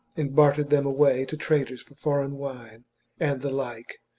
and bartered them away to traders for foreign wine and the like.